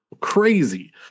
crazy